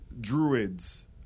Druids